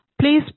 please